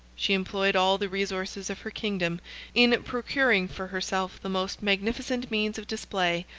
she employed all the resources of her kingdom in procuring for herself the most magnificent means of display,